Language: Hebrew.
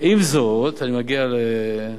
עם זאת, אני מגיע לבקשתך,